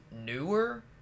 Newer